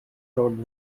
road